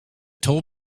toll